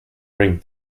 ring